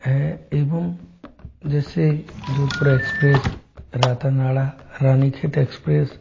है एवं जैसे जोधपुर एक्सप्रेस रातानाड़ा रानीखेत एक्सप्रेस